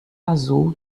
azul